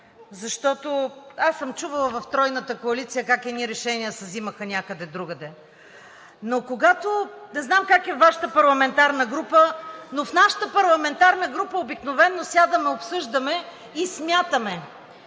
Чувала съм в Тройната коалиция как едни решения се взимаха някъде другаде. Не знам как е във Вашата парламентарна група, но в нашата парламентарна група обикновено сядаме, обсъждаме и смятаме.